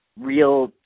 real